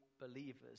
believers